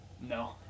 No